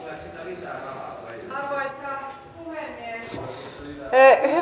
arvoisa puhemies